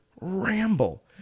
ramble